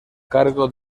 cargo